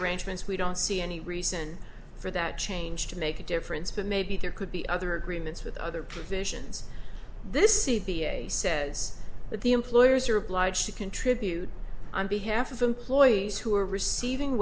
arrangements we don't see any reason for that change to make a difference but maybe there could be other agreements with other provisions this c v a says that the employers are obliged to contribute on behalf of employees who are receiving